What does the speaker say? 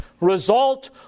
result